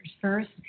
First